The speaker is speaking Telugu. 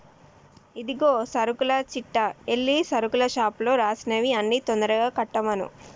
ఇదిగో సరుకుల చిట్టా ఎల్లి సరుకుల షాపులో రాసినవి అన్ని తొందరగా కట్టమను